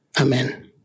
Amen